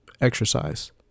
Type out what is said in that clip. Exercise